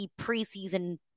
preseason